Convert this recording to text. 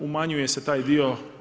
Umanjuje se taj dio.